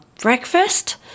breakfast